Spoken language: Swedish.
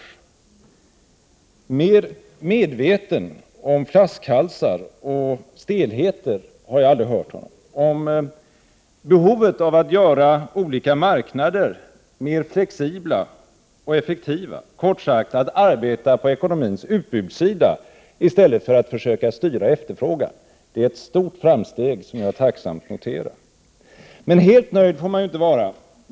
Jag har aldrig hört honom mer medveten om flaskhalsarna och stelheten, om behovet av att göra olika marknader mer flexibla och effektiva, kort sagt att arbeta på ekonomins utbudssida i stället för att försöka styra efterfrågan. Det är ett stort framsteg, som jag tacksamt noterar. Men helt nöjd får man inte vara.